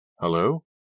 Hello